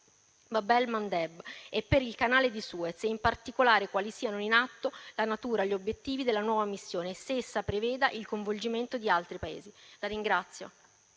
Bab el-Mandeb e per il canale di Suez, e in particolare quali siano la natura e gli obiettivi della nuova missione e se essa preveda il coinvolgimento di altri Paesi.